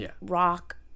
rock